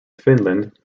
finland